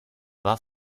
war